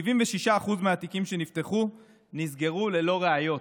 76% מהתיקים נסגרו ללא ראיות.